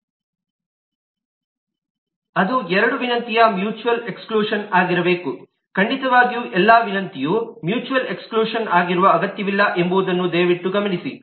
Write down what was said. ಅದು ಎರಡು ವಿನಂತಿಯು ಮ್ಯೂಚುವಲ್ ಎಕ್ಸ್ಕ್ಲೂಷನ್ ಆಗಿರಬೇಕು ಖಂಡಿತವಾಗಿಯೂ ಎಲ್ಲಾ ವಿನಂತಿಯು ಮ್ಯೂಚುವಲ್ ಎಕ್ಸ್ಕ್ಲೂಷನ್ ಆಗಿರುವ ಅಗತ್ಯವಿಲ್ಲ ಎಂಬುದನ್ನು ದಯವಿಟ್ಟು ಗಮನಿಸಿ